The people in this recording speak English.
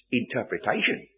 interpretation